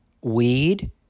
weed